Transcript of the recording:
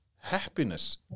happiness